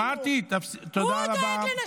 אמרתי, תודה רבה.